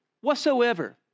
whatsoever